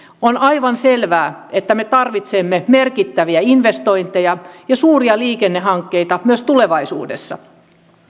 on aivan selvää että me tarvitsemme merkittäviä investointeja ja suuria liikennehankkeita myös tulevaisuudessa